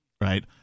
right